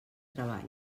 treball